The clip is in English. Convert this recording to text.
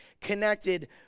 connected